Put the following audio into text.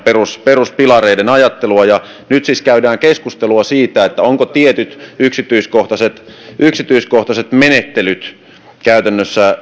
peruspilareiden ajattelua nyt siis käydään keskustelua siitä ovatko tietyt yksityiskohtaiset yksityiskohtaiset menettelyt käytännössä